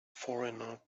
foreigner